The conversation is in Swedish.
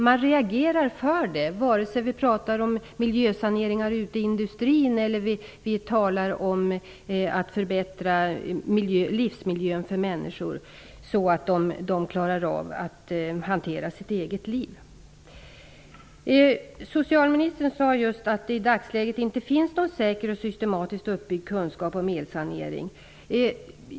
Man reagerar för detta vare sig vi pratar om miljösaneringar ute i industrin eller om att förbättra livsmiljön för människor så att de klarar av att hantera sitt eget liv. Socialministern sade just att det i dagsläget inte finns någon säker och systematiskt uppbyggd kunskap om elsanering.